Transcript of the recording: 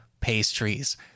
pastries